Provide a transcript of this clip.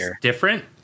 different